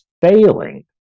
failing